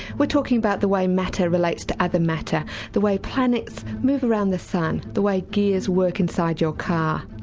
we're talking about the way matter relates to other matter the way planets move around the sun, the way gears work inside your car.